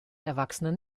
erwachsenen